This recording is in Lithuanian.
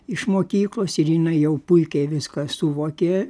iš mokyklos ir jinai jau puikiai viską suvokė